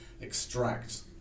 extract